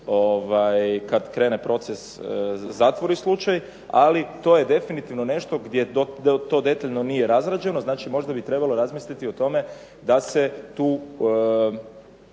kad krene proces zatvori slučaj, ali to je definitivno nešto gdje to detaljno nije razrađeno. Znači možda bi trebalo razmisliti o tome da se tu